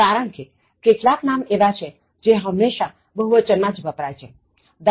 કારણ કે કેટલાક નામ એવા છે જે હંમેશા બહુવચન માં જ વપરાય છે દા